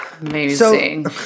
Amazing